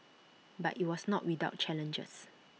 but IT was not without challenges